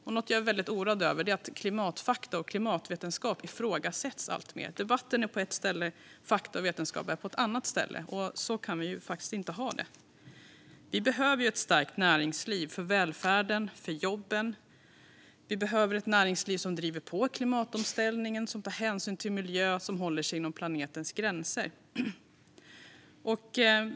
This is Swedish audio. Och något jag är väldigt oroad över är att klimatfakta och klimatvetenskap ifrågasätts alltmer. Debatten är på ett ställe. Fakta och vetenskap är på ett annat ställe. Så kan vi faktiskt inte ha det. Vi behöver ett starkt näringsliv för välfärden och för jobben. Vi behöver ett näringsliv som driver på klimatomställningen, som tar hänsyn till miljön och som håller sig inom planetens gränser.